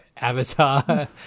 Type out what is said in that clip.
Avatar